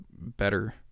better